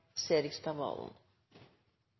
Serigstad Valen